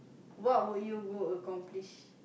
what would you go accomplish